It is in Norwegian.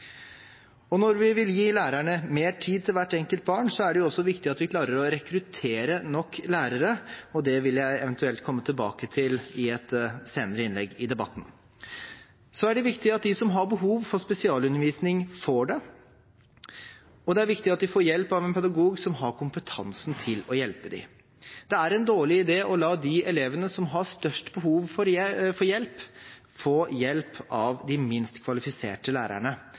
stortingsperioden. Når vi vil gi lærerne mer tid til hvert enkelt barn, er det også viktig at vi klarer å rekruttere nok lærere. Det vil jeg eventuelt komme tilbake til i et senere innlegg i debatten. Det er også viktig at de som har behov for spesialundervisning, får det, og det er viktig at de får hjelp av en pedagog som har kompetansen til å hjelpe dem. Det er en dårlig idé å la de elevene som har størst behov for hjelp, få hjelp av de minst kvalifiserte lærerne,